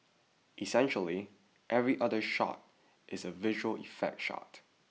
essentially every other shot is a visual effect shot